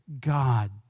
God